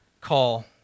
call